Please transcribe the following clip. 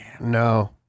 No